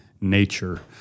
nature